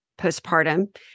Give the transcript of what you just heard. postpartum